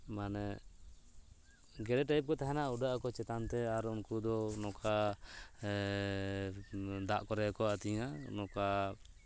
ᱢᱟᱱᱮ ᱜᱮᱰᱮ ᱴᱟᱭᱤᱯ ᱠᱚ ᱛᱟᱦᱮᱱᱟ ᱩᱰᱟᱹᱜ ᱟᱠᱚ ᱪᱮᱛᱟᱱ ᱛᱮ ᱟᱨ ᱩᱱᱠᱩ ᱫᱚ ᱱᱚᱝᱠᱟ ᱫᱟᱜ ᱠᱚᱨᱮᱫ ᱠᱚ ᱟᱹᱛᱤᱧᱟ ᱱᱚᱝᱠᱟ